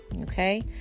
Okay